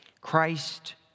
Christ